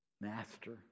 Master